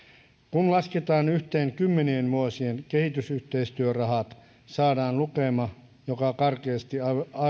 kun lasketaan yhteen kymmenien vuosien kehitysyhteistyörahat saadaan lukema joka karkeasti